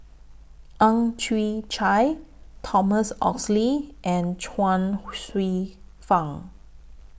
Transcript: Ang Chwee Chai Thomas Oxley and Chuang Hsueh Fang